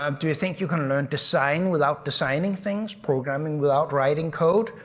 um do you think you can learn design without designing things, programming without writing code?